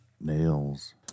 nails